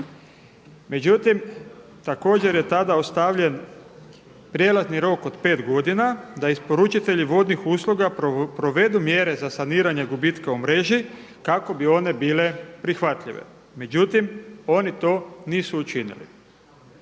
Međutim, također je tada ostavljen prijelazni rok od 5 godina da isporučitelji vodnih usluga provedu mjere za saniranje gubitka u mreži kako bi one bile prihvatljive. Međutim, oni to nisu učinili.